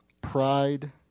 pride